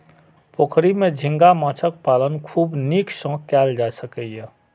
पोखरि मे झींगा माछक पालन खूब नीक सं कैल जा सकैए